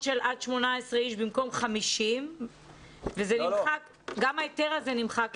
של עד 18 ילדים במקום 50 וגם ההיתר הזה נמחק,